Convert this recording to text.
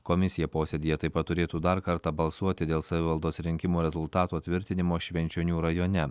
komisija posėdyje taip pat turėtų dar kartą balsuoti dėl savivaldos rinkimų rezultatų tvirtinimo švenčionių rajone